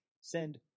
send